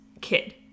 kid